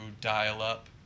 dial-up